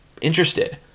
interested